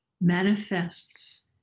manifests